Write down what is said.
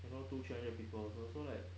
you know two three hundred people also so like